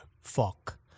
fuck